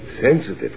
sensitive